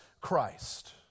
Christ